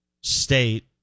State